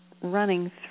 running